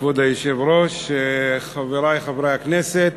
כבוד היושב-ראש, חברי חברי הכנסת,